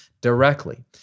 directly